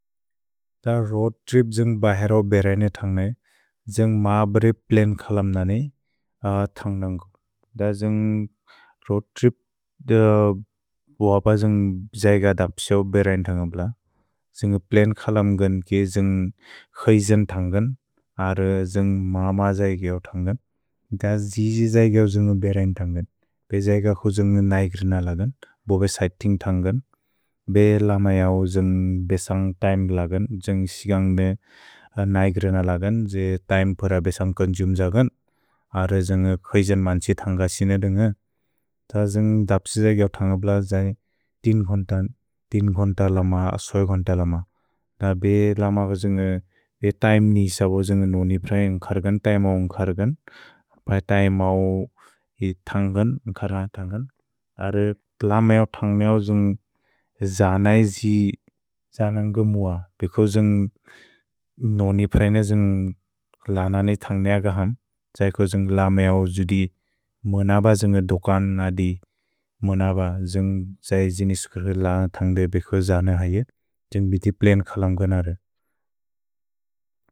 द road trip द्जुन्ग् बहेरौ बेरैने थन्ग् ने, द्जुन्ग् मब्रे प्लेन् खलम् नने थन्ग् नन्गु। द द्जुन्ग् रोत् त्रिप् द्ज वब द्जुन्ग् जय्ग दप्स्यौ बेरैने थन्गप्ल। द्जुन्ग् प्लेन् खलम् गेन् कि द्जुन्ग् खैजेन् थन्गन्, अर् द्जुन्ग् मम जय्गेउ थन्गन्, द जिजिजय्गेउ द्जुन्ग् बेरैने थन्गन्। भे जय्ग खु द्जुन्ग् नय्ग्रिन लगन्, बोबे सैतिन्ग् थन्गन्, बे लम यौ द्जुन्ग् बेसन्ग् तिमे लगन्, द्जुन्ग् सिगन्ग्बे नय्ग्रिन लगन्, जे तिमे फुर बेसन्ग् कोन्जुम् जगन्, अर् द्जुन्ग् खैजेन् मन्छे थन्ग सिनेदुन्ग। द द्जुन्ग् दप्स्य जय्गेउ थन्गप्ल जय् दिन् कोन्तन्, दिन् कोन्त लम, असोय् कोन्त लम, द बे लम जुन्ग् बे तिमे निस बो जुन्ग् नोनि प्रए न्खर्गन्, तिमे औ न्खर्गन्, बै तिमे औ थन्गन्, न्खर्गन् थन्गन्। अर् लम यौ थन्गन द्जुन्ग् जनय्जि जनन्ग्मुव, बेको जुन्ग् नोनि प्रए न जुन्ग् लन नि थन्गन अगहन्, जय्गो जुन्ग् लम यौ जुदि मुनब जुन्ग् दुकन् नदि मुनब, जुन्ग् जय् जिनि स्क्रिल थन्ग्दे बेको जनहये, द्जुन्ग् बिति प्लेन् खलम् गेनरे।